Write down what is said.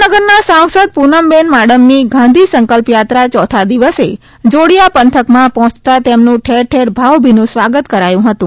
જામનગરના સાંસદ પુનમબેન માડમની ગાંધી સંકલા યાત્રા ચોથા દિવસે જોડીયા થકમાં હોંચતા તેમનું ઠેરઠેર ભાવભીનું સ્વાગત કરાયું હતું